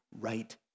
right